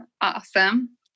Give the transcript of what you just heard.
awesome